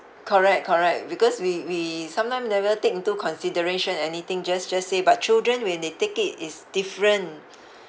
correct correct because we we sometime never take into consideration anything just just say but children when they take it is different